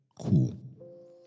Cool